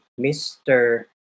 Mr